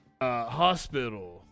hospital